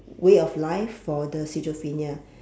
way of life for the schizophrenia